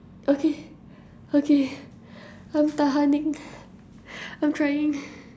okay okay I'm tahaning I'm trying